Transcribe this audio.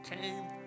came